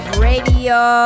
radio